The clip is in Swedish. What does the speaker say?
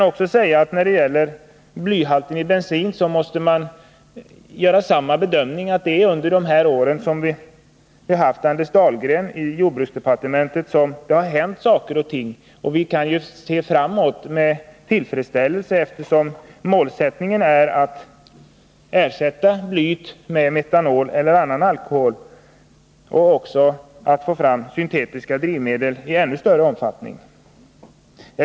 Beträffande blyhalten i bensin kan sägas att det är just under de år som vi har haft Anders Dahlgren i jordbruksdepartementet som det har hänt saker och ting. Vi kan med tillförsikt se framtiden an, efterom målsättningen är att ersätta blyet med metanol eller annan alkohol och att få fram syntetiska drivmedel i ännu större omfattning.